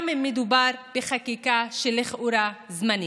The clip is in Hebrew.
גם אם מדובר בחקיקה שלכאורה היא זמנית.